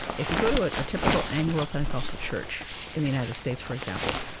if you go to a typical anglo pentecostal church in the united states, for example,